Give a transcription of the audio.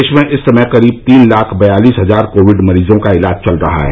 देश में इस समय करीब तीन लाख बयालीस हजार कोविड मरीजों का इलाज चल रहा है